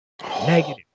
Negative